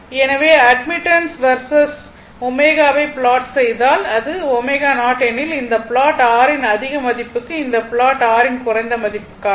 எனவே admittance versus ω வை plot செய்தால் இது ω0 எனில் இந்த ப்லாட் R இன் அதிக மதிப்புக்கும் இந்த ப்லாட் R இன் குறைந்த மதிப்புக்கும் இருக்கும்